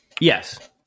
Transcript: Yes